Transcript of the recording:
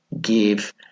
give